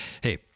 hey